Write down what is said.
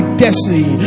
destiny